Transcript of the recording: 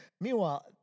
Meanwhile